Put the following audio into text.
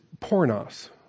pornos